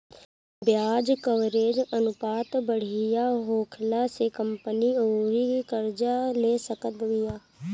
ब्याज कवरेज अनुपात बढ़िया होखला से कंपनी अउरी कर्जा ले सकत बिया